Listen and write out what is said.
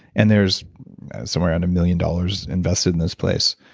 and there's somewhere in a million dollars invested in this place.